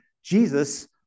Jesus